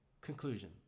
Conclusion